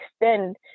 extend